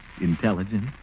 intelligent